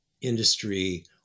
industry